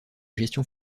gestion